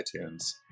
itunes